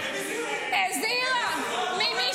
--- הזהירה ממי